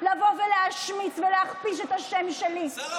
שם זן הקנביס שממנו יוצרה על גביה,